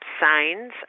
signs